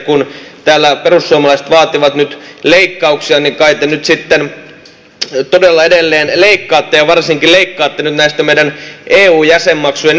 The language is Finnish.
kun täällä perussuomalaiset vaativat nyt leikkauksia niin kai te sitten todella edelleen leikkaatte ja varsinkin leikkaatte nyt näistä meidän eu jäsenmaksujen netto osuuksista